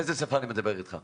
באיזו שפה אני מדבר איתך?